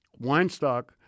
Weinstock